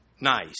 nice